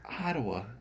Ottawa